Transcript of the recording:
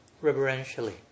reverentially